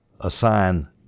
assign